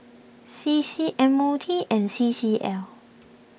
C C M O T and C C L